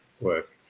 work